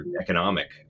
economic